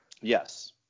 Yes